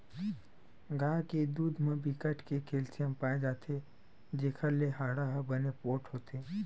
गाय के दूद म बिकट के केल्सियम पाए जाथे जेखर ले हाड़ा ह बने पोठ होथे